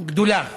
גדולה